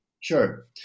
Sure